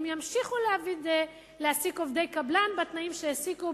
הם ימשיכו להעסיק עובדי קבלן בתנאים שהעסיקו,